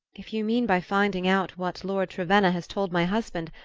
if you mean by finding out what lord trevenna has told my husband,